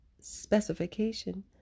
specification